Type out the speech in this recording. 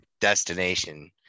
destination